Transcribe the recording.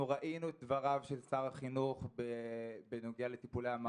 ראינו דבריו של שר החינוך בנושא טיפולי המרה.